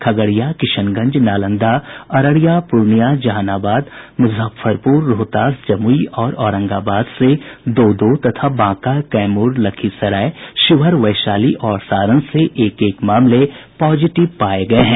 खगड़िया किशनगंज नालंदा अररिया पूर्णियां जहानाबाद मुजफ्फरपुर रोहतास जमुई और औरंगाबाद से दो दो तथा बांका कैमूर लखीसराय शिवहर वैशाली और सारण से एक एक मामले पॉजिटिव पाये गये हैं